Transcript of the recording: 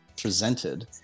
presented